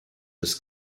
des